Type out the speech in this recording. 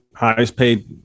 highest-paid